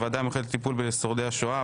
את הוועדה המיוחדת לטיפול בשורדי השואה,